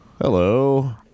hello